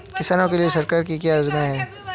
किसानों के लिए सरकार की क्या योजनाएं हैं?